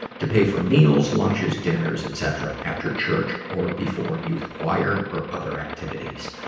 to pay for meals, lunches, dinners, etcetera after church or before youth choir or other activities.